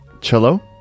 Cello